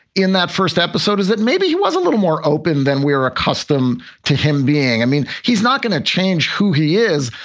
in that first episode is that maybe he was a little more open than we were accustom to him being. i mean, he's not going to change who he is,